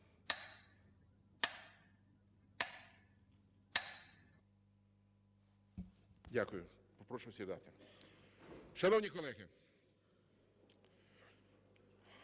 Дякую, прошу сідати. Шановні колеги,